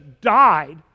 died